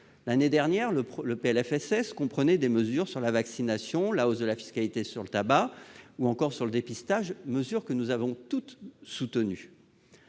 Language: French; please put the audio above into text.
L'année dernière, le PLFSS comprenait des mesures sur la vaccination, la hausse de la fiscalité sur le tabac, ou encore le dépistage, mesures que nous avons toutes soutenues.